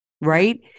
right